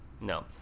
No